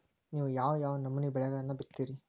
ನೇವು ಯಾವ್ ಯಾವ್ ನಮೂನಿ ಬೆಳಿಗೊಳನ್ನ ಬಿತ್ತತಿರಿ?